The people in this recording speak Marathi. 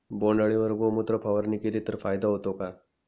बोंडअळीवर गोमूत्र फवारणी केली तर फायदा होतो का?